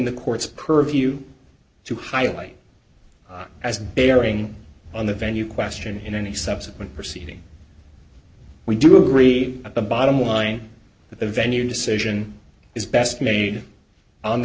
the court's purview to highlight as bearing on the venue question in any subsequent proceeding we do agree at the bottom line that the venue decision is best made on the